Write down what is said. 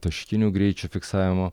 taškinių greičio fiksavimo